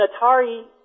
Atari